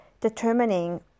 determining